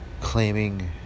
claiming